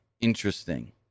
interesting